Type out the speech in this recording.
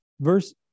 Verse